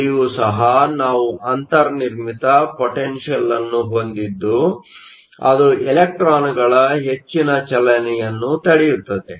ಅಲ್ಲಿಯೂ ಸಹ ನಾವು ಅಂತರ್ನಿರ್ಮಿತ ಪೊಟೆನ್ಷಿಯಲ್ ಅನ್ನು ಹೊಂದಿದ್ದು ಅದು ಇಲೆಕ್ಟ್ರಾನ್ಗಳ ಹೆಚ್ಚಿನ ಚಲನೆಯನ್ನು ತಡೆಯುತ್ತದೆ